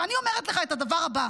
ואני אומרת לך את הדבר הבא.